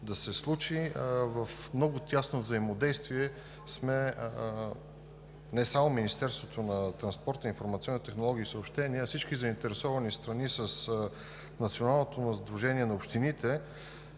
да се случи. В много тясно взаимодействие сме – не само с Министерството на транспорта, информационните технологии и съобщенията, а и с всички заинтересовани страни, с Националното сдружение на общините,